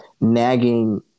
nagging